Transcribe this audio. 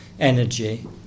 Energy